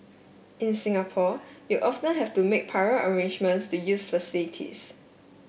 in Singapore you often have to make prior arrangements to use facilities